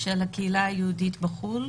של הקהילה היהודית בחו"ל,